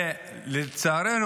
לצערנו,